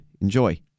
Enjoy